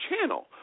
channel